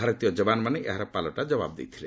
ଭାରତୀୟ ଯବାନମାନେ ଏହାର ପାଲଟା ଜବାବ ଦେଇଥିଲେ